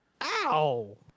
Ow